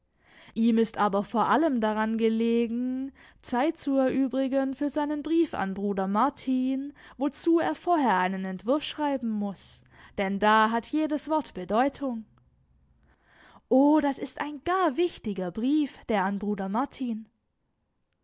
ihm ist aber vor allem daran gelegen zeit zu erübrigen für seinen brief an bruder martin wozu er vorher einen entwurf schreiben muß denn da hat jedes wort bedeutung o das ist ein gar wichtiger brief der an bruder martin